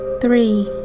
three